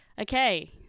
Okay